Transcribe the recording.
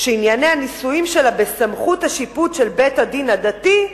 שענייני הנישואין שלה בסמכות השיפוט של בית-הדין הדתי,